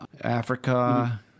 Africa